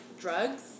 drugs